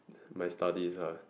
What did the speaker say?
my studies ah